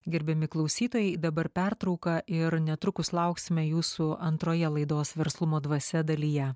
gerbiami klausytojai dabar pertrauka ir netrukus lauksime jūsų antroje laidos verslumo dvasia dalyje